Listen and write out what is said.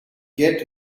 get